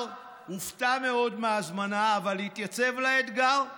בר הופתע מאוד מההזמנה אבל התייצב לאתגר.